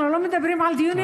אנחנו לא מדברים על דיונים